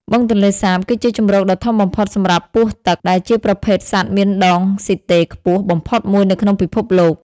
បឹងទន្លេសាបគឺជាជម្រកដ៏ធំបំផុតសម្រាប់ពស់ទឹក ដែលជាប្រភេទសត្វមានដង់ស៊ីតេខ្ពស់បំផុតមួយនៅក្នុងពិភពលោក។